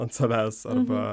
ant savęs arba